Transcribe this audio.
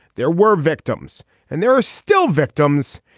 there were victims and there are still victims.